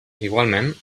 igualment